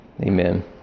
Amen